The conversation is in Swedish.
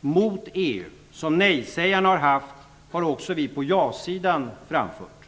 mot EU som nej-sägarna har haft har också vi på ja-sidan framfört.